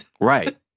right